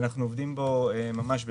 אנחנו עובדים בו ממש במרץ.